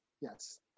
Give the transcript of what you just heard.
Yes